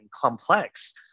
complex